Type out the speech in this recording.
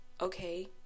Okay